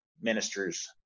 ministers